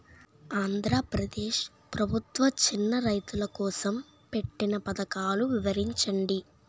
ఆంధ్రప్రదేశ్ ప్రభుత్వ చిన్నా రైతుల కోసం పెట్టిన పథకాలు వివరించండి?